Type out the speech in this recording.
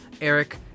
Eric